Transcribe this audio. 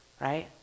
right